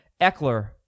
Eckler